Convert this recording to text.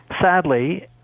Sadly